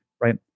right